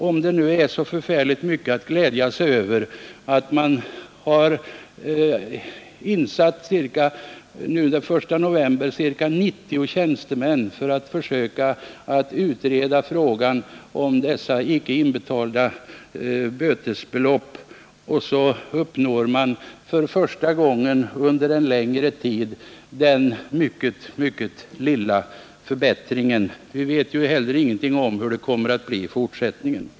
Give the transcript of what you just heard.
Men jag vet inte om det är så mycket att glädja sig över att man den 1 november sätter in ca 90 tjänstemän för att utreda frågan om icke betalda bötesbelopp och då för första gången på lång tid uppnår denna mycket lilla förbättring. Vi vet heller ingenting om hur det kommer att bli i fortsättningen.